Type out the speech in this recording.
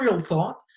thought